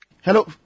hello